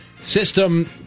system